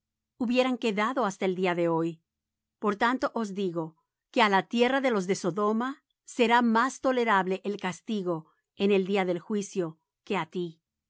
hubieran quedado hasta el día de hoy por tanto os digo que á la tierra de los de sodoma será más tolerable el castigo en el día del juicio que á ti